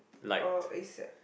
oh is at